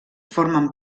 formen